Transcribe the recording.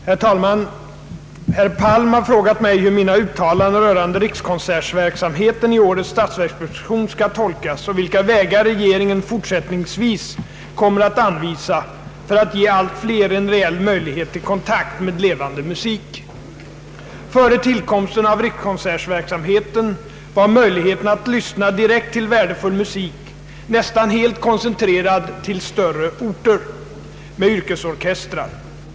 Herr talman! Herr Palm har frågat mig hur mina uttalanden rörande rikskonsertverksamheten i årets statsverksproposition skall tolkas och vilka vägar regeringen fortsättningsvis kommer att anvisa för att ge allt fler en reell möjlighet till kontakt med levande musik. Före tillkomsten av rikskonsertverksamheten var möjligheterna att lyssna direkt till värdefull musik nästan helt koncentrerad till några större orter med yrkesorkestrar.